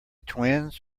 twins